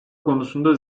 konusunda